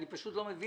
אני פשוט לא מבין